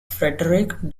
frederick